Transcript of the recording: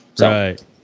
Right